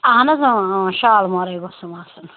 اہن حظ اۭں اۭں شالمورٕے گوٚژھُم آسُن